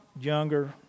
younger